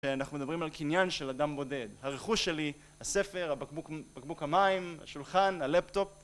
אנחנו מדברים על קניין של אדם בודד. הרכוש שלי, הספר, הב... בקבוק המים, השולחן, הלפטופ...